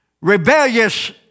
Rebellious